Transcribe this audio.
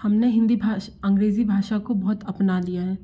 हमने हिन्दी भाषा अंग्रेज़ी भाषा को बहुत अपना लिया है